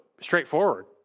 straightforward